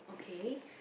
okay